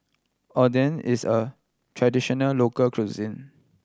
oden is a traditional local cuisine